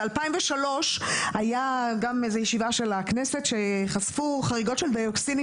ב-2003 הייתה ישיבה בכנסת שחשפה חריגות של ואוקסינים